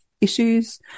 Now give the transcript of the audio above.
issues